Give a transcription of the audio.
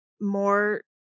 more